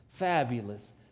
fabulous